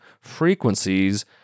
frequencies